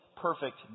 perfect